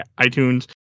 iTunes